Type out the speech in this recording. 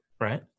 right